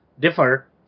differ